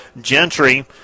Gentry